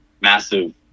massive